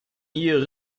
year